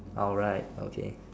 alright okay